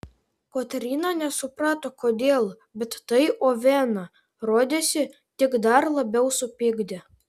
kotryna nesuprato kodėl bet tai oveną rodėsi tik dar labiau supykdė